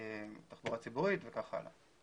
תחבורה ציבורית וכך הלאה.